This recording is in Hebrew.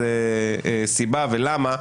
מאיזה סיבה ולמה,